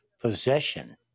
possession